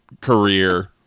career